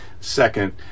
second